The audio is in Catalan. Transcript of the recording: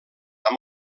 amb